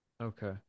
Okay